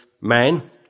man